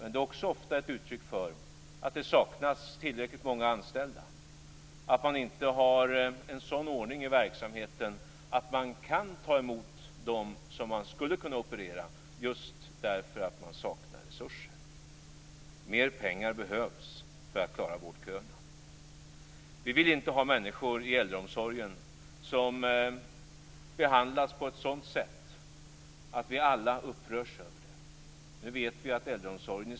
Men de är också ofta ett uttryck för att det saknas tillräckligt många anställda eller för att man inte kan ta emot dem som man skulle kunna operera just därför att man saknar resurser. Det behövs mer pengar för att få bort vårdköerna.